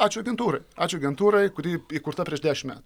ačiū agentūrai ačiū agentūrai kuri įkurta prieš dešim metų